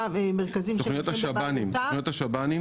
מרכזים שנתונים לבעלותה --- שתכניות השב"נים.